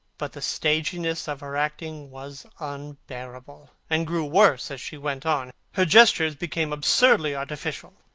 but the staginess of her acting was unbearable, and grew worse as she went on. her gestures became absurdly artificial.